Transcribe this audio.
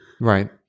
Right